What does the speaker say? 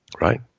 Right